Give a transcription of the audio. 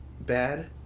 Bad